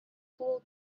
fool